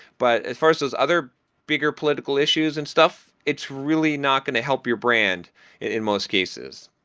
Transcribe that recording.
but as far as those other bigger political issues and stuff, it's really not going to help your brand in most cases.